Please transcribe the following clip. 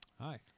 Hi